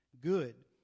good